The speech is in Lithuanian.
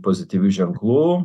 pozityvių ženklų